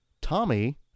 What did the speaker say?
Tommy